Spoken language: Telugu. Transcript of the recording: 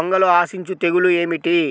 వంగలో ఆశించు తెగులు ఏమిటి?